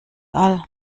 all